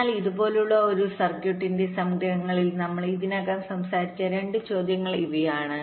അതിനാൽ ഇതുപോലുള്ള ഒരു സർക്യൂട്ടിന്റെസംഗ്രഹങ്ങളിൽ നമ്മൾ ഇതിനകം സംസാരിച്ച 2 ചോദ്യങ്ങൾ ഇവയാണ്